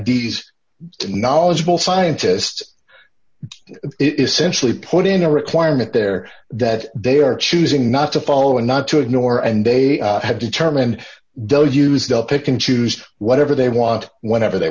these knowledgeable scientists essentially put in a requirement there that they are choosing not to follow and not to ignore and they have determined the used up it can choose whatever they want whenever they